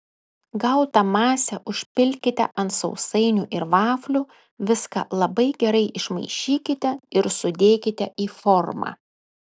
gautą masę užpilkite ant sausainių ir vaflių viską labai gerai išmaišykite ir sudėkite į formą